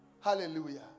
Hallelujah